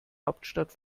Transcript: hauptstadt